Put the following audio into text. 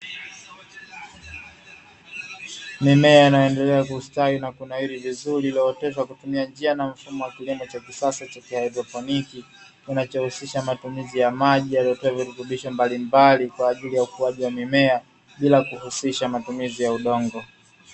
Mimea inayoendelea kustawi na kunawiri vizuri, iliyooteshwa kwa kutumia njia na mfumo wa kilimo cha kisasa cha haidroponi, kinachohusisha matumizi ya maji yaliyotiwa virutubisho mbalimbali kwa ajili ya ukuaji wa mimea, bila kuhusisha matumizi ya udongo.